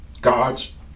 God's